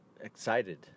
excited